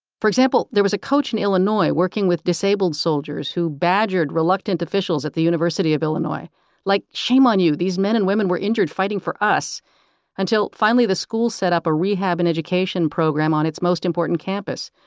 for example, there was a coach in illinois working with disabled soldiers who badgered reluctant officials at the university of illinois illinois like, shame on you, these men and women were injured fighting for us until finally the school set up a rehab and education program on its most important campus,